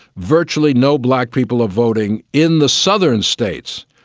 virtually no black people are voting in the southern states.